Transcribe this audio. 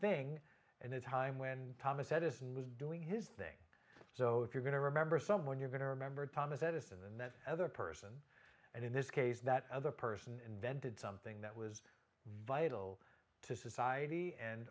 thing and the time when thomas edison was doing his thing so if you're going to remember someone you're going to remember thomas edison and that other person and in this case that other person invented something that was vital to society and